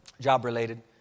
job-related